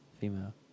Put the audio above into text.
female